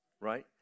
right